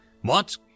What